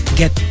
get